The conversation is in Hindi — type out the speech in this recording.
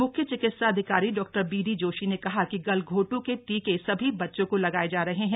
मुख्य चिकित्साधिकारी डा बीडी जोशी ने कहा कि गलघोट्र के टीके सभी बच्चों को लगाए जा रहे हैं